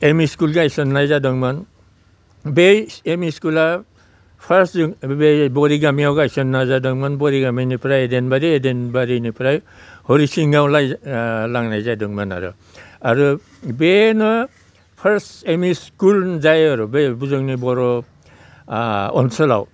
ME school गायसननाय जादोंमोन बै एमइ स्कुला फार्स्ट जों बे बरिगामियाव गायसननाय जादोंमोन बरि गामिनिफ्राय देनबारि देनबारिनिफ्राय हरिसिङायाव लांनाय जादोंमोन आरो आरो बेनो फार्स्ट एमइ स्कुल जायो आरो बे जोंनि बर' ओनसोलाव